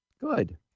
Good